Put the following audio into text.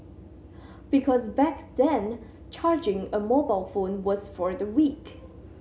because back then charging a mobile phone was for the weak